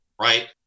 Right